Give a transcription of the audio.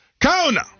Kona